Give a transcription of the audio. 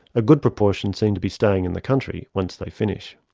a good proportion seem to be staying in the country once they finish.